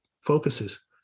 focuses